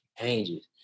changes